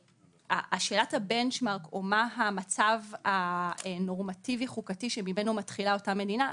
שאלת הבנצ'מרק או מה המצב הנורמטיבי-חוקתי שממנו מתחילה אותה מדינה,